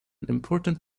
important